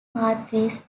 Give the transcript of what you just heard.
pathways